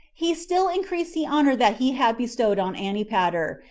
he still increased the honor that he had bestowed on antipater,